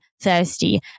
thirsty